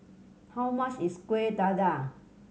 how much is Kuih Dadar